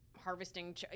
harvesting –